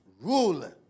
rule